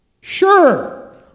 Sure